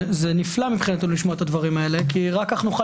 זה נפלא מבחינתנו לשמוע את הדברים האלה כי רק ככה נוכל